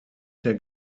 der